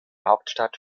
hauptstadt